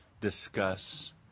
discuss